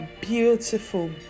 beautiful